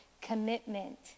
commitment